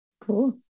Cool